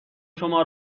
شما